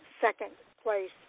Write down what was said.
second-place